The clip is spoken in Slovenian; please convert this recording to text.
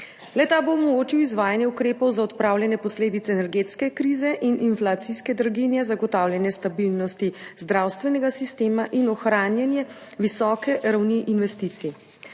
Le-ta bo omogočil izvajanje ukrepov za odpravljanje posledic energetske krize in inflacijske draginje, zagotavljanje stabilnosti zdravstvenega sistema in ohranjanje visoke ravni investicij.